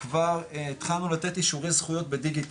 כבר התחלנו לתת אישורי זכויות בדיגיטל,